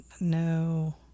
no